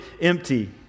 empty